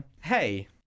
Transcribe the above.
Hey